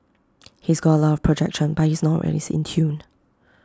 he's got A lot of projection but he's not always in tune